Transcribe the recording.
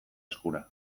eskura